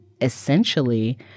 essentially